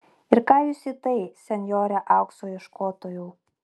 ir ką jūs į tai senjore aukso ieškotojau